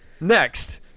Next